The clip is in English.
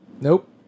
Nope